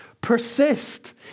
Persist